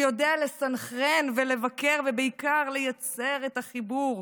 שיודע לסנכרן, לבקר ובעיקר לייצר את החיבור,